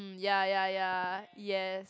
ya ya ya yes